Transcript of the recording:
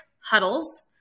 huddles